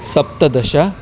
सप्तदश